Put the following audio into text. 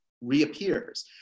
reappears